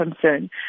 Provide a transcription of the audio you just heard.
concern